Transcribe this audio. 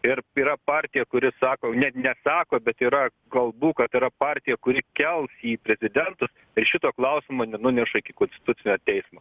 ir yra partija kuri sako net nesako bet yra kalbų kad yra partija kuri kels jį į prezidentus ir šito klausimo nenuneša iki konstitucinio teismo